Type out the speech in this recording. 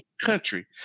country